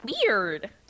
weird